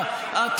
האישה.